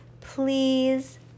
please